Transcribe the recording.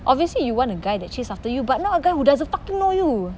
obviously you want a guy that chase after you but not a guy who doesn't fucking know you